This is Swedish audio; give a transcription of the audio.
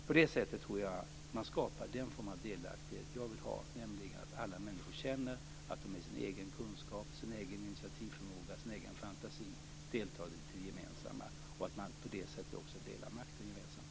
På det sättet tror jag att man skapar den form av delaktighet jag vill ha, nämligen att alla människor känner att de med sin egen kunskap, sin egen initiativförmåga och sin egen fantasi deltar i det gemensamma och att man på det sättet också delar makten gemensamt.